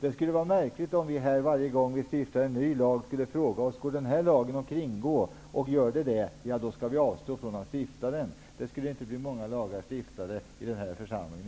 Det skulle vara märkligt om vi varje gång vi skall stifta en ny lag skall fråga oss om det går att kringgå lagen. Om det skulle vara fallet, skall vi alltså avstå från att stifta denna lag. Det skulle i så fall inte stiftas många nya lagar i denna församling.